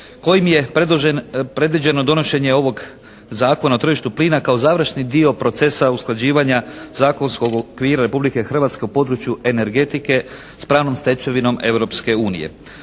kojim je predviđeno donošenje ovog Zakona o tržištu plina kao završni dio procesa usklađivanja zakonskog okvira Republike Hrvatske u području energetike s pravnom stečevinom